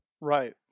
Right